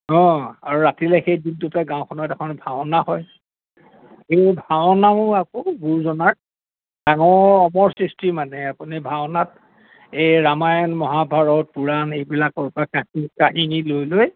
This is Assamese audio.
অঁ আৰু ৰাতিলে সেই গাঁওখনত এখন ভাওনা হয় সেই ভাওনাও আকৌ গুৰুজনাৰ ডাঙৰ অমৰ সৃষ্টি মানে আপুনি ভাওনাত এই ৰামায়ণ মহাভাৰত পুৰাণ এইবিলাকৰ পৰা কাহিনী কাহিনী লৈ লৈ